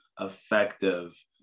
effective